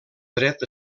dret